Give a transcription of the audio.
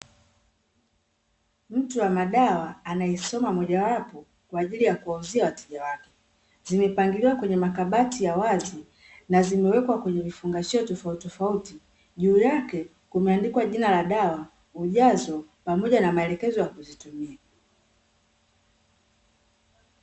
Mtu wa madawa anaisoma moja wapo kwaajili ya kuwauzia wateja wake, zimepangiliwa kwenye makabati ya wazi na zimewekwa kwenye vifungashio tofauti tofauti , juu yake kumeandikwa jina la dawa, ujazo, pamoja na maelekezo ya kuzitumia.